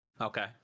Okay